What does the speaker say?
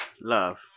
love